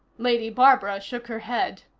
lady barbara shook her head.